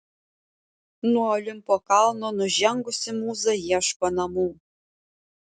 nuo olimpo kalno nužengusi mūza ieško namų